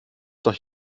doch